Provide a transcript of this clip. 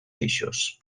eixos